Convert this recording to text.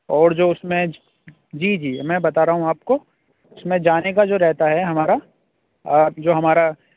اور جو اُس میں جی جی میں بتا رہا ہوں آپ کو اُس میں جانے کا جو رہتا ہے ہمارا جو ہمارا